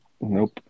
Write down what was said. Nope